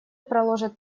проложат